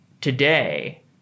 today